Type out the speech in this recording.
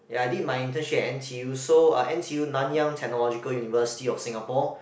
ya I did my internship at N_T_U so uh N_T_U Nanyang Technological University of Singapore